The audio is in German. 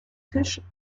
tisch